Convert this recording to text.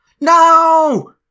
No